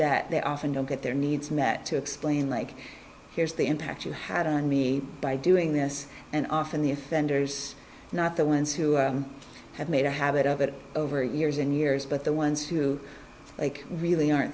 that they often don't get their needs met to explain like here's the impact you had on me by doing this and often the offenders not the ones who have made a habit of it over years and years but the ones who like really aren't